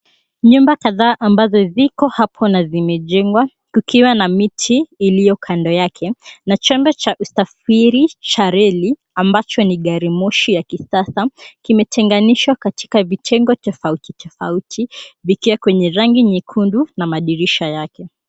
Nyumba kadhaa ambazo ziko hapo na zimejengwa kukiwa na miti ilio kando yake na chombo cha usafiri cha reli ambacho ni garimoshi ya kisasa kimetenganishwa katika vitengo tofauti tofauti vikiwa kwenye rangi nyekundu na madirisha yake.